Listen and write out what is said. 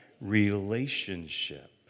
relationship